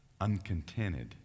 uncontented